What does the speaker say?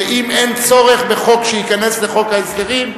שאם אין צורך שחוק ייכנס לחוק ההסדרים,